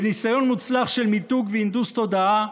בניסיון מוצלח של מיתוג והנדוס תודעה,